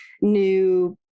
new